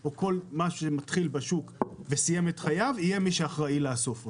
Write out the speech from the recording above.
או כל מה שהתחיל בשוק וסיים את חייו יהיה מי שאחראי לאסוף אותו.